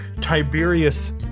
Tiberius